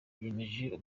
biyemeje